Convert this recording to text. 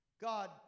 God